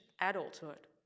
adulthood